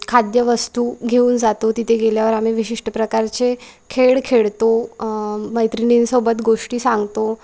खाद्यवस्तू घेऊन जातो तिथे गेल्यावर आम्ही विशिष्ट प्रकारचे खेळ खेळतो मैत्रिणींसोबत गोष्टी सांगतो